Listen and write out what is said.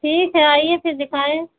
ठीक है आइए फिर दिखाएं